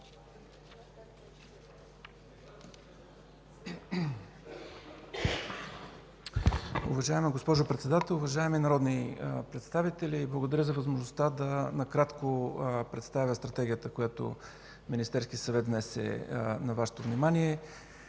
Уважаема госпожо Председател, уважаеми народни представители! Благодаря за възможността накратко да представя Стратегията, която Министерският съвет внесе на Вашето внимание.